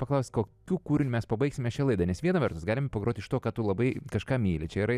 paklaust kokiu kūriniu mes pabaigsime šią laidą nes viena vertus galime pagroti iš to kad tu labai kažką myli čia yra ir